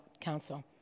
Council